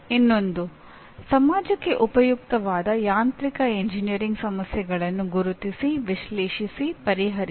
ಇನ್ನೊಂದು ಸಮಾಜಕ್ಕೆ ಉಪಯುಕ್ತವಾದ ಯಾಂತ್ರಿಕ ಎಂಜಿನಿಯರಿಂಗ್ ಸಮಸ್ಯೆಗಳನ್ನು ಗುರುತಿಸಿ ವಿಶ್ಲೇಷಿಸಿ ಪರಿಹರಿಸಿ